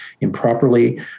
improperly